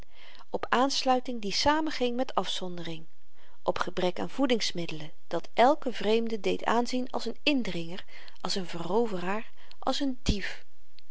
op aansluiting die samenging met afzondering op gebrek aan voedingsmiddelen dat elken vreemde deed aanzien als n indringer als n veroveraar als n dief